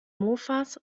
mofas